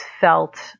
felt